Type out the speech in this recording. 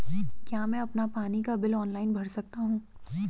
क्या मैं अपना पानी का बिल ऑनलाइन भर सकता हूँ?